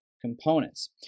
components